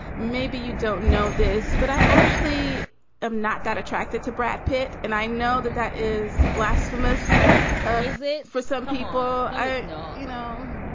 maybe you don't know this, but i actually am not that attracted to brad pitt. and i know that that is blasphemous is it for some people? i don't know. you know,